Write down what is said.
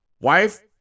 Wife